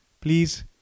Please